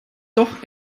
doch